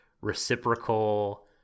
reciprocal